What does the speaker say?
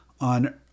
on